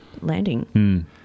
landing